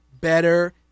better